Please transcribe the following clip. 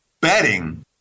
betting